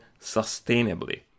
sustainably